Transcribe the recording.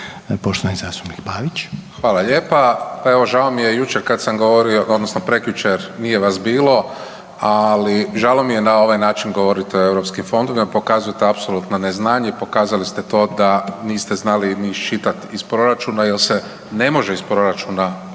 **Pavić, Marko (HDZ)** Hvala lijepa. Evo žao mi je jučer kad sam govorio odnosno prekjučer, nije vas bilo, ali žao mi je na ovaj način govorit o europskim fondovima pokazujete apsolutno neznanje i pokazali ste to da niste znali ni iščitat iz proračuna jel se ne može iz proračuna iščitati.